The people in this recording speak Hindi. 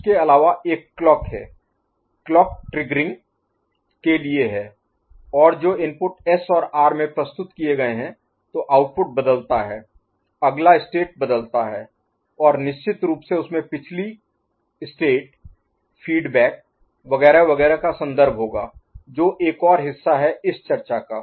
उसके अलावा एक क्लॉक है क्लॉक ट्रिग्गरिंग के लिए है और जो इनपुट एस और आर में प्रस्तुत किए गए हैं तो आउटपुट बदलता है अगला स्टेट बदलता है और निश्चित रूप से उसमे पिछली स्टेट फीडबैक वगैरह वगैरह का संदर्भ होगा जो एक और हिस्सा है इस चर्चा का